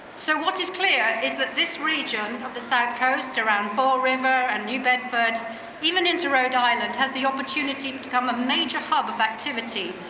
so what is clear, is that this region of the south coast around fall river and new bedford even into rhode island, has the opportunity to become a major hub of activity,